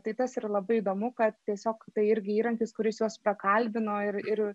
tai tas ir labai įdomu kad tiesiog tai irgi įrankis kuris juos prakalbino ir ir